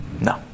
No